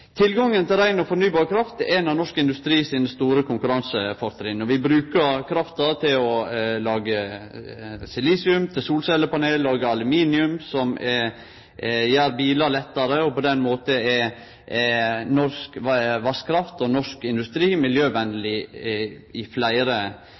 Tilgangen til rein og fornybar kraft er eit av norsk industri sine store konkurransefortrinn, og vi brukar krafta til å lage silisium, solcellepanel og aluminium, som gjer bilar lettare. På den måten er norsk vasskraft og norsk industri